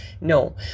No